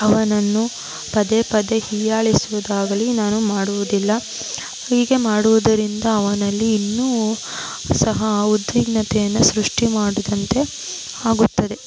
ಅವನನ್ನು ಪದೇ ಪದೇ ಹೀಯಾಳಿಸುದಾಗಲಿ ನಾನು ಮಾಡುವುದಿಲ್ಲ ಹೀಗೆ ಮಾಡುವುದರಿಂದ ಅವನಲ್ಲಿ ಇನ್ನು ಸಹ ಉದ್ವಿಗ್ನತೆಯನ್ನು ಸೃಷ್ಟಿ ಮಾಡಿದಂತೆ ಆಗುತ್ತದೆ